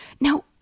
Now